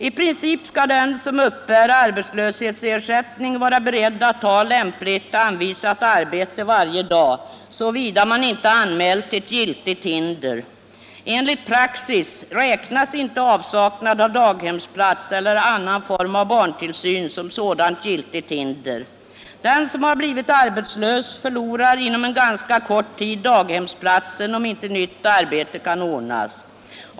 I princip skall den som uppbär arbetslöshetsersättning vara beredd att varje dag ta lämpligt anvisat arbete, såvida man inte anmält giltigt förhinder. Enligt praxis räknas inte avsaknad av daghemsplats eller annan barntillsyn som sådant giltigt hinder. Den som har blivit arbetslös förlorar inom ganska kort tid daghemsplatsen, om inte nytt arbete kan ordnas.